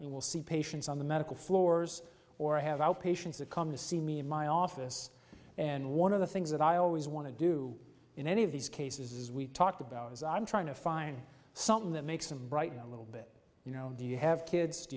you will see patients on the medical floors or i have out patients that come to see me in my office and one of the things that i always want to do in any of these cases is we talked about as i'm trying to find something that makes them brighten a little bit you know do you have kids do